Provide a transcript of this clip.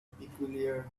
peculiar